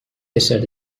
ésser